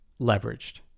leveraged